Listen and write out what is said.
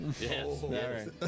Yes